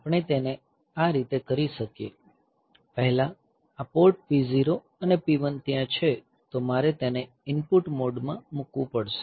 આપણે તેને આ રીતે કરી શકીએ પહેલા આ પોર્ટ P0 અને P1 ત્યાં છે તો મારે તેને ઇનપુટ મોડ માં મૂકવું પડશે